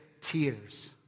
tears